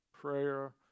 prayer